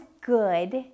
good